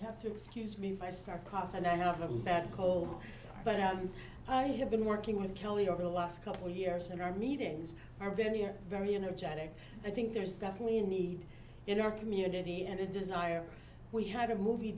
you have to excuse me if i start cough and i have a bad cold but i have been working with kelly over the last couple years and our meetings are very are very energetic i think there's definitely a need in our community and a desire we had a movie